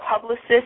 publicist